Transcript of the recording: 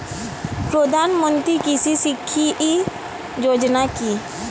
প্রধানমন্ত্রী কৃষি সিঞ্চয়ী যোজনা কি?